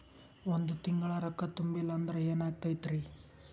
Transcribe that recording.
ಒಂದ ತಿಂಗಳ ರೊಕ್ಕ ತುಂಬಿಲ್ಲ ಅಂದ್ರ ಎನಾಗತೈತ್ರಿ?